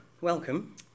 welcome